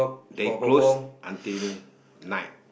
they close until nine